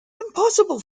impossible